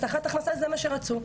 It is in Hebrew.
הבטחת הכנסה זה מה שרצו,